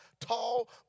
tall